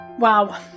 Wow